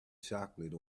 chocolate